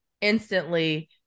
instantly